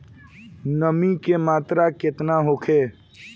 नमी के मात्रा केतना होखे?